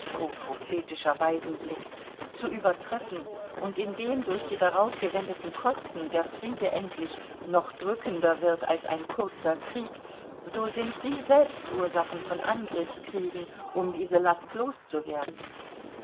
zu übertreffen und indem durch die darauf gewendeten kosten der friede endlich noch drückender wird als ein kurzer krieg so sind sie selbst ursachen von angriffskriegen um diese last